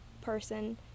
person